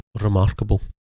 Remarkable